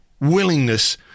willingness